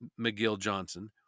McGill-Johnson